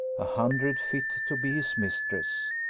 a hundred fit to be his mistress.